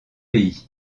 pays